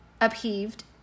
upheaved